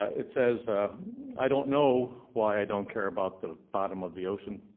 it says ah i don't know why i don't care about the bottom of the ocean,